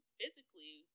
physically